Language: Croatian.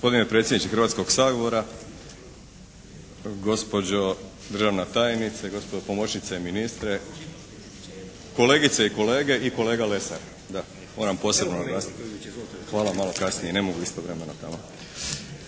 Gospodine predsjedniče Hrvatskoga sabora, gospođo državna tajnice, gospođo pomoćnice ministra, kolegice i kolege, kolega Lesar. Moram posebno naglasiti. Naime, kad malo hodamo